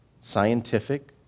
scientific